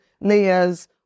layers